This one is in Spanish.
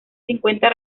cincuenta